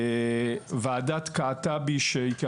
ועדת קעטבי שהייתה בעבר,